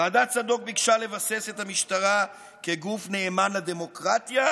ועדת צדוק ביקשה לבסס את המשטרה כגוף נאמן לדמוקרטיה,